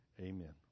Amen